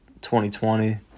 2020